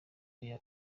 ayo